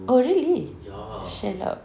oh really shell out